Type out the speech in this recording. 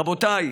רבותיי,